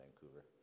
Vancouver